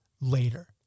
later